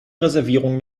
reservierungen